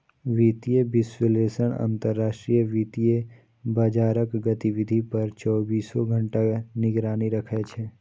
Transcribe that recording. वित्तीय विश्लेषक अंतरराष्ट्रीय वित्तीय बाजारक गतिविधि पर चौबीसों घंटा निगरानी राखै छै